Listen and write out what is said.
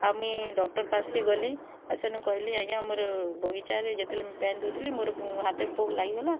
ଆର୍ ମୁଇଁ ଡକ୍ଟର ପାସ୍ କି ଗଲି ସେନୁ କହିଲି ଆଜ୍ଞା ମୋର ବଗିଚାରେ ଯେତେବେଳେ ମୁଁ ପାନ୍ ଦେଉଥିଲି ମୋର ହାତ ପୋକ୍ ଲାଗିଗଲା